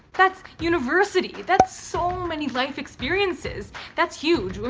that's university. that's so many life experiences that's huge. i mean,